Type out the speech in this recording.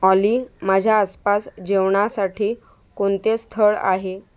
ऑली माझ्या आसपास जेवणासाठी कोणते स्थळ आहे